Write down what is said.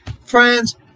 Friends